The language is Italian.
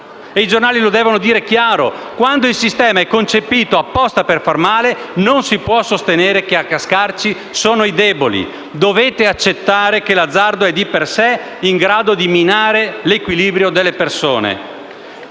i giornali lo devono dire chiaramente. Quando il sistema è concepito apposta per far male, non si può sostenere che a cascarci sono i deboli. Dovete accettare che l'azzardo è, di per sé, in grado di minare l'equilibrio delle persone.